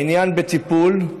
העניין בטיפול,